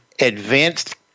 Advanced